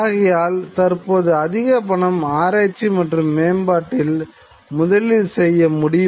ஆகையால் தற்போது அதிக பணம் ஆராய்ச்சி மற்றும் மேம்பாட்டில் முதலீடு செய்ய முடியும்